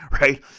right